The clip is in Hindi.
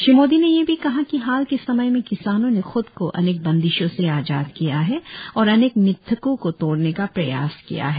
श्री मोदी ने यह भी कहा कि हाल के समय में किसानों ने ख़द को अनेक बंदिशों से आजाद किया है और अनेक मिथकों को तोड़ने का प्रयास किया है